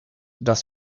dass